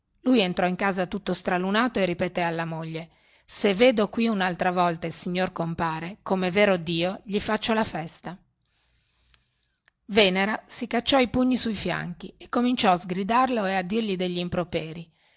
lui entrò in casa tutto stralunato e ripetè alla moglie se vedo qui unaltra volta il signor compare comè vero dio gli faccio la festa venera si cacciò i pugni sui fianchi e cominciò a sgridarlo e a dirgli degli improperi